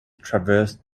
traversed